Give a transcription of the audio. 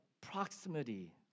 proximity